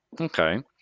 Okay